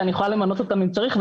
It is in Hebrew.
שאני יכולה למנות אותן אם צריך,